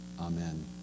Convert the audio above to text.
Amen